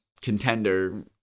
contender